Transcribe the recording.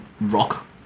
rock